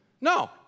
No